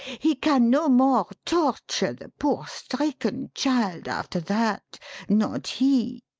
he can no more torture the poor stricken child after that not he.